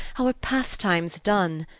our pastimes done,